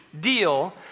deal